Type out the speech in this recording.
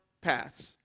paths